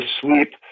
sleep